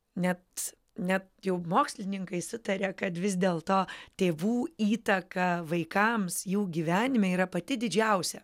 net net jau mokslininkai sutaria kad vis dėl to tėvų įtaka vaikams jų gyvenime yra pati didžiausia